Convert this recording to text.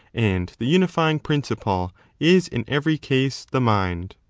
and the unifying prin ciple is in every case the mind.